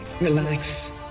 relax